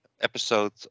episode